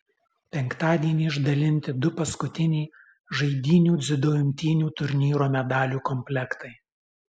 penktadienį išdalinti du paskutiniai žaidynių dziudo imtynių turnyro medalių komplektai